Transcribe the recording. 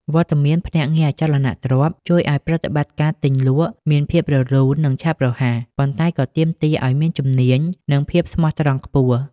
វត្តមានភ្នាក់ងារអចលនទ្រព្យជួយឲ្យប្រតិបត្តិការទិញលក់មានភាពរលូន និងឆាប់រហ័ស ប៉ុន្តែក៏ទាមទារឲ្យមានជំនាញ និងភាពស្មោះត្រង់ខ្ពស់។